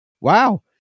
wow